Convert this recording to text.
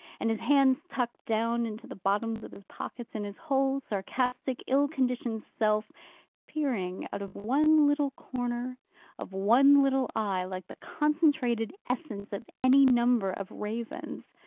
and his hands tucked down into the bottoms of his pockets, and his whole sarcastic, ill-conditioned self peering out of one little corner of one little eye, like the concentrated essence of any number of ravens.